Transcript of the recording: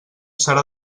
serà